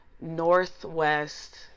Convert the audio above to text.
Northwest